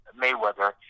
Mayweather